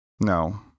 No